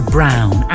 Brown